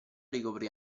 ricoprì